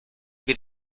bir